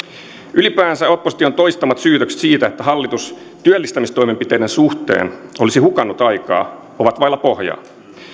ylipäänsä opposition toistamat syytökset siitä että hallitus työllistämistoimenpiteiden suhteen olisi hukannut aikaa ovat vailla pohjaa